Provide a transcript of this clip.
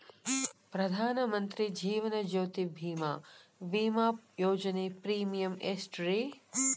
ಪ್ರಧಾನ ಮಂತ್ರಿ ಜೇವನ ಜ್ಯೋತಿ ಭೇಮಾ, ವಿಮಾ ಯೋಜನೆ ಪ್ರೇಮಿಯಂ ಎಷ್ಟ್ರಿ?